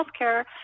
healthcare